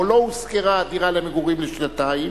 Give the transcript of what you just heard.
או לא הושכרה הדירה למגורים לשנתיים,